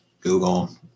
Google